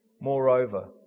Moreover